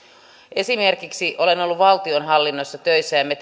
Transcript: esimerkiksi olen ollut valtionhallinnossa töissä ja me